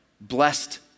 blessed